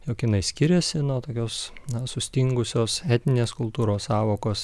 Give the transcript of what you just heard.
jog jinai skiriasi nuo tokios sustingusios etninės kultūros sąvokos